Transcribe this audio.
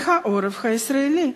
על העורף הישראלי,